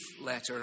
letter